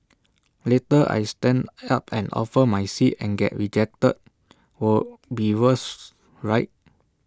later I stand up and offer my seat and get rejected will be worse right